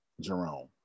Jerome